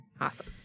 Awesome